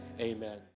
Amen